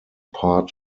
part